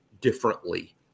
differently